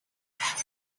hugging